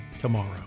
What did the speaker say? tomorrow